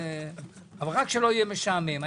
ורק שלא יהיה משעמם.